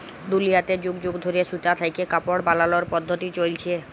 দুলিয়াতে যুগ যুগ ধইরে সুতা থ্যাইকে কাপড় বালালর পদ্ধতি চইলছে